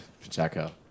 Pacheco